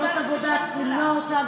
צריך למנוע תאונות עבודה לכל אחד.